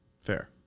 Fair